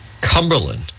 Cumberland